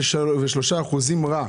63% אומרים: רע.